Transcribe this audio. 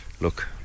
look